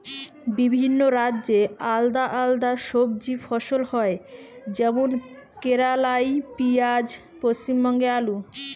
বিভিন্ন রাজ্যে আলদা আলদা সবজি ফসল হয় যেমন কেরালাই পিঁয়াজ, পশ্চিমবঙ্গে আলু